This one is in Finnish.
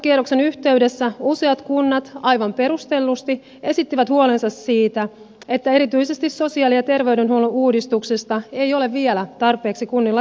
lausuntokierroksen yhteydessä useat kunnat aivan perustellusti esittivät huolensa siitä että erityisesti sosiaali ja terveydenhuollon uudistuksesta ei ole vielä tarpeeksi kunnilla tietoa